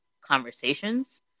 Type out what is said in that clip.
conversations